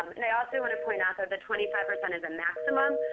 um and they also want to point out that the twenty five percent is the maximum.